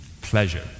pleasure